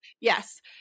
yes